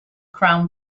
crown